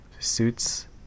suits